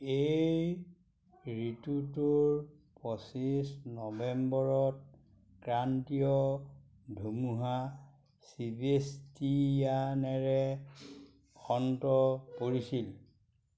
এই ঋতুটোৰ পঁচিছ নৱেম্বৰত ক্ৰান্তীয় ধুমুহা ছিবেষ্টিয়ানেৰে অন্ত পৰিছিল